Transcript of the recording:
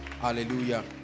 hallelujah